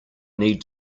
need